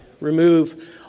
Remove